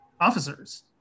officers